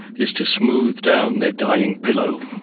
is to smooth down their dying pillow.